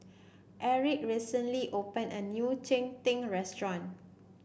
Aric recently opened a new Cheng Tng restaurant